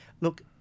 Look